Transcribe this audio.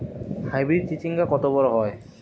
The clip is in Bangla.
হাইব্রিড চিচিংঙ্গা কত বড় হয়?